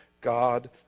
God